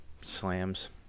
Slams